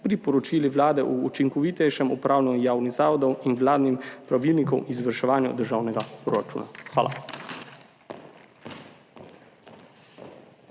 priporočili Vlade o učinkovitejšem upravljanju javnih zavodov in vladnim pravilnikom o izvrševanju državnega proračuna. Hvala.